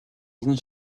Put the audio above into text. олон